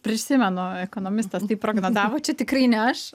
prisimenu ekonomistas taip prognozavo čia tikrai ne aš